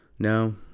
No